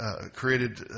created